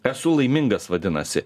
esu laimingas vadinasi